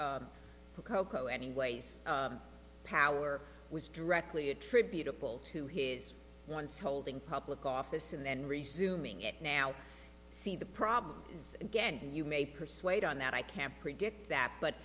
r coco anyways power was directly attributable to his once holding public office and then resuming it now see the problem is again you may persuade on that i can't predict that but